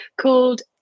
called